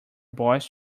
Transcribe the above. boss